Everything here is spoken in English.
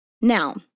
Now